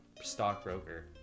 stockbroker